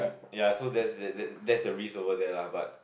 ya so there's there there that's the risk over there lah but